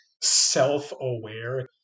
self-aware